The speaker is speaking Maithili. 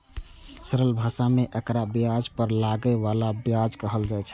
सरल भाषा मे एकरा ब्याज पर लागै बला ब्याज कहल छै